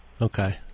Okay